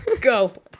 Go